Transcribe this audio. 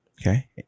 Okay